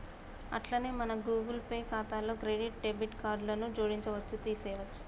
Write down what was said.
అట్లనే మన Google Pay ఖాతాలో క్రెడిట్ డెబిట్ కార్డులను జోడించవచ్చు తీసేయొచ్చు